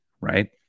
right